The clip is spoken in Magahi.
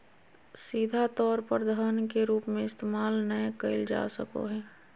सीधा तौर पर धन के रूप में इस्तेमाल नय कइल जा सको हइ